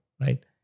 right